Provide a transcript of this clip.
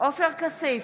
עופר כסיף,